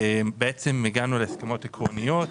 בעצם הגענו להסכמות עקרוניות